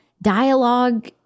dialogue